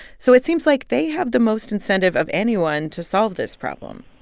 so it seems like they have the most incentive of anyone to solve this problem.